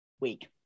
week